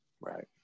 Right